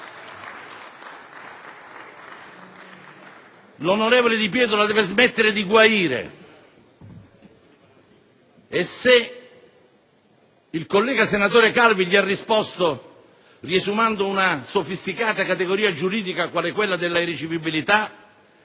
L'onorevole Di Pietro la deve smettere di guaire. E se il collega senatore Calvi gli ha risposto riesumando una sofisticata categoria giuridica, quale quella della irricevibilità,